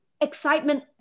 excitement